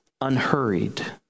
unhurried